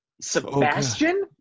Sebastian